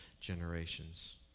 generations